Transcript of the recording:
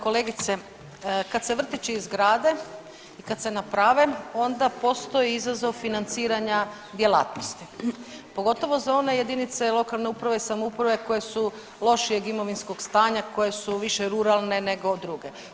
Kolegice kad se vrtići izgrade i kad se naprave onda postoji izazov financiranja djelatnosti pogotovo za one jedinice lokalne uprave i samouprave koje su lošijeg imovinskog stanja, koje su više ruralne nego druge.